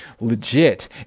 legit